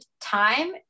time